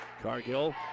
Cargill